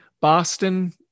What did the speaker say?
Boston